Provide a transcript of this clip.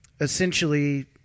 essentially